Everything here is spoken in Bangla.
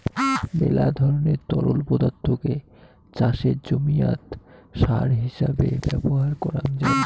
মেলা ধরণের তরল পদার্থকে চাষের জমিয়াত সার হিছাবে ব্যবহার করাং যাই